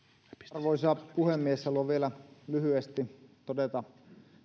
arvoisa puhemies haluan vielä lyhyesti todeta